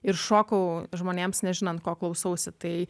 ir šokau žmonėms nežinant ko klausausi tai